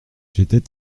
j’étais